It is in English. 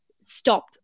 stop